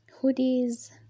Hoodies